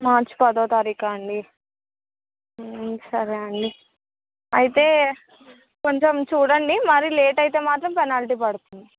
March పదో తారీఖాండి సరే అండి అయితే కొంచెం చూడండి మరి లేట్ అయితే మాత్రం పెనాల్టీ పడుతుంది